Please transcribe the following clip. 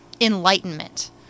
enlightenment